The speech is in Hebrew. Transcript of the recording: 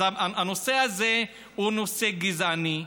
אז הנושא הזה הוא נושא גזעני,